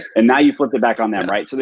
and now you flipped it back on them, right? so